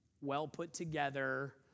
well-put-together